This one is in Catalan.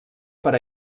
per